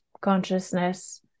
consciousness